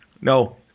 No